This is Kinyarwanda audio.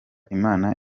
imana